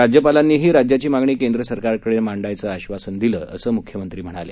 राज्यपालांनीही राज्याची मागणी केंद्र सरकारकडे मांडायचं आश्वासन दिलं असं मुख्यमंत्री म्हणाले